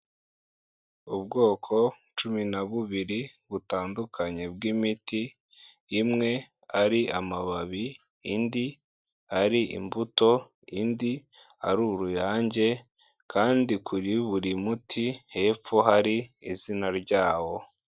Ubwoko cumi na bubiri butandukanye bw'imiti, imwe ari amababi, indi ari imbuto, indi ari uruyange kandi kuri buri muti hepfo hari izina ryawo.